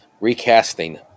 recasting